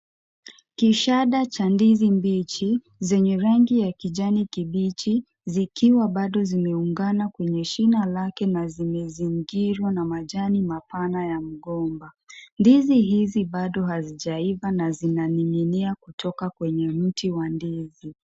Kishada cha ndizi mbichi zenye rangi ya kijani kibichi zikiwa bado zimeungana kwenye shina lake na zimezingirwa na majani mapana ya mgomba. Ndizi hizi bado hazijaiva na zina ning'inia kutoka kwenye mti wa ndizi.